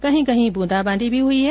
कहीं कहीं ब्रंदाबांदी भी हुई है